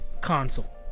console